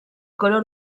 color